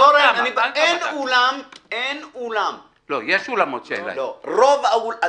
יש אולמות שאין להם רשימות מומלצים.